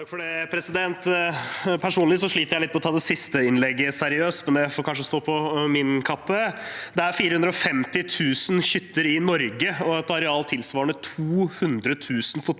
ter jeg litt med å ta det siste innlegget seriøst, men det får jeg kanskje ta på min kappe. Det er 450 000 hytter i Norge og et areal tilsvarende 200 000 fotballbaner